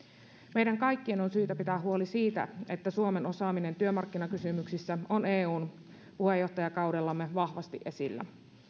meidän kaikkien on syytä pitää huoli siitä että suomen osaaminen työmarkkinakysymyksissä on eun puheenjohtajakaudellamme vahvasti esillä